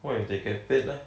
what if they get paid leh